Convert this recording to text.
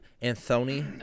Anthony